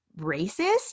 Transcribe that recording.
racist